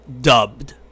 dubbed